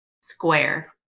Square